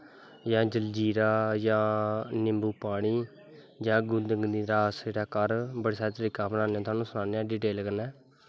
जां जलजीरा जां निम्बू पानी जां गुंहगदीरा अस बड़े सारें तरीकें दा बनाने तोआनूं सनाने आं डटेल कन्नै